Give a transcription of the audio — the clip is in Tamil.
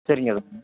சரிங்க